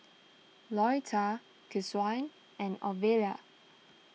Lolita Keshaun and Ovila